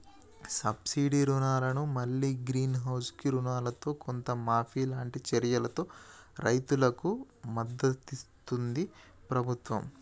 subsidy రుణాలను మల్లి green house కు రుణాలల్లో కొంత మాఫీ లాంటి చర్యలతో రైతుకు మద్దతిస్తుంది ప్రభుత్వం